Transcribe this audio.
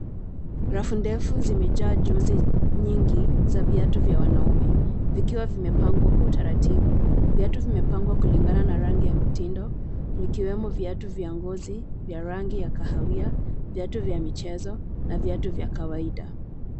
Rafu ndefu zimejaa jozi nyingi za viatu vya wanaume vikiwa vimepangwa kwa utaratibu. Viatu vimepangwa kulingana na rangi ya mtindo vikiwemo viatu vya ngozi vya rangi ya kahawia, viatu vya michezo na viatu vya kawaida.